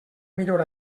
millor